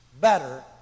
better